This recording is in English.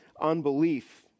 unbelief